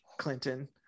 clinton